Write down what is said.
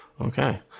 Okay